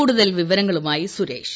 കൂടുതൽ വിവരങ്ങളുമായി സുരേഷ്